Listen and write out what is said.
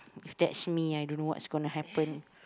if that's me I don't know what's gonna happen